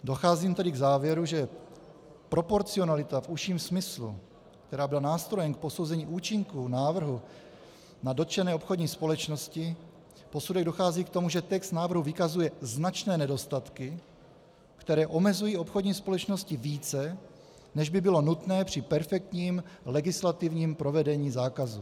Docházím tedy k závěru, že proporcionalita v užším smyslu, která byla nástrojem k posouzení účinku návrhu na dotčené obchodní společnosti, posudek dochází k tomu, že text návrhu vykazuje značné nedostatky, které omezují obchodní společnosti více, než by bylo nutné při perfektním legislativním provedení zákazu.